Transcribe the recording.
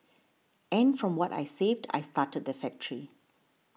and from what I saved I started the factory